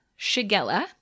shigella